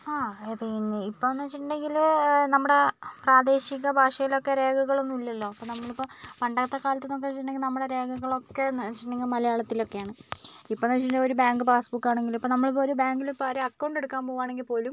ആ പിന്നെ ഇപ്പംന്നിച്ചിട്ടുണ്ടെങ്കിൽ നമ്മുടെ പ്രാദേശിക ഭാഷയിലൊക്കെ രേഖകളൊന്നും ഇല്ലല്ലോ അപ്പോൾ നമ്മളിപ്പോൾ പണ്ടത്തെ കാലത്തുന്ന് ഒക്കെ വെച്ചിട്ടുണ്ടെങ്കിൽ നമ്മുടെ രേഖകളൊക്കെ ഒക്കെന്ന്ച്ചിട്ടുണ്ടെങ്കിൽ മലയാളത്തിലൊക്കെയാണ് ഇപ്പൊന്നിച്ചിട്ടുണ്ടെങ്കിൽ ഒരു ബാങ്ക് പാസ്ബുക്കാണെങ്കിലും ഇപ്പോൾ നമ്മളിപ്പോൾ ഒരു ബാങ്ക്ലിപ്പോൾ ഒരു അക്കൗണ്ട് എടുക്കാൻ പോവാണെങ്കിൽ പോലും